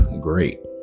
great